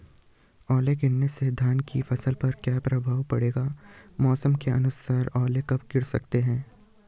ओले गिरना से धान की फसल पर क्या प्रभाव पड़ेगा मौसम के अनुसार ओले कब गिर सकते हैं?